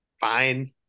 fine